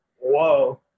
whoa